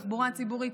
תחבורה ציבורית,